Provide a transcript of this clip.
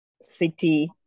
city